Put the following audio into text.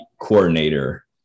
coordinator